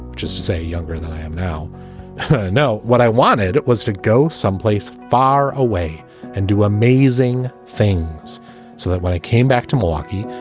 just to say younger than i am now know what i wanted? it was to go someplace far away and do amazing things so that when i came back to milwaukee,